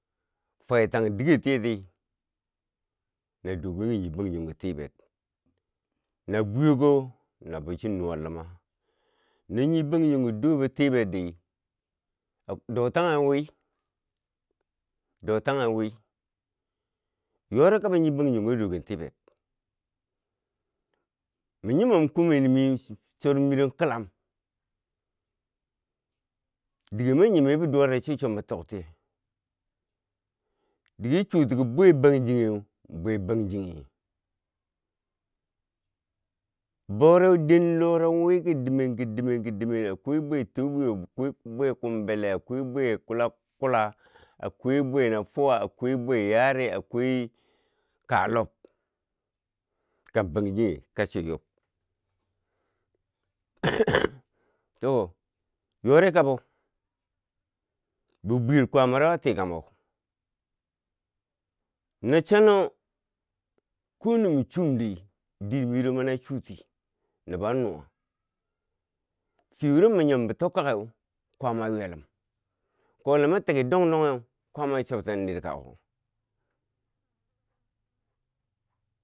Fwetan degetiye ti na dogen ki nyi bangjongo tiber, nob bwiyobwo na bo chi nuwa luma no nyi bangjongo do bo tiberdi, do taghe nwi do taghe nwi. yori kabo nyi bangjongo a dogen tiber, min nyumom ku meni miu chormero kilam dige minyomi bi duwa re chocho mitok tiye dige chi chuwo ti bwe bangjigheu, bwe bangjighe bouri den luwero nweki dimen ki dimen, kidimen akwai bwe tobwiyo, akwai bwe kumbile, akwai bwe kulab kula, akwai bwe na fuwa, akwai bwe yari, akwai kalob kan bangjinghe kashi yob, to yori kabo bi bwiyer kwaamaro bikan bo no chano ku nu chumdi diir miro mania chuti nubo an nuwa fiye wuro mi nyombo tok kageu kwaama a ywelum wo kole ma toki dong dongheu kwaama a chobten nirkako.